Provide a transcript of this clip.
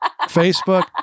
Facebook